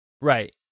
Right